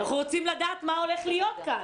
אנחנו רוצים לדעת מה הולך להיות כאן.